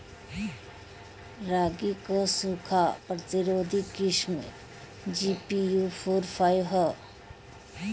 रागी क सूखा प्रतिरोधी किस्म जी.पी.यू फोर फाइव ह?